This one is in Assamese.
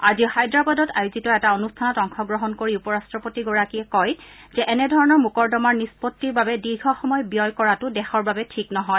আজি হায়দৰাবাদত আয়োজিত এটা অনুষ্ঠানত অংশগ্ৰহণ কৰি উপ ৰাট্টপতিগৰাকীয়ে কয় যে এনে ধৰণৰ মোকৰ্দমাৰ নিষ্পত্তিৰ বাবে দীৰ্ঘসময় ব্যয় কৰাটো দেশৰ বাবে ঠিক নহয়